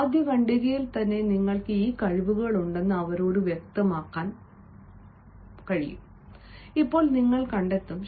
ആദ്യ ഖണ്ഡികയിൽ തന്നെ നിങ്ങൾക്ക് ഈ കഴിവുകൾ ഉണ്ടെന്ന് അവരോട് വ്യക്തമാക്കാൻ പോകുന്നുവെന്ന് ഇപ്പോൾ നിങ്ങൾ കണ്ടെത്തും